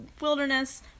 wilderness